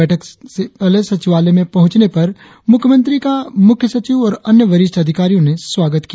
बैठक से पहले सचिवालय में पहुंचने पर मुख्यमंत्री का मुख्य सचिव और अन्य वरिष्ठ अधिकारियों ने स्वागत किया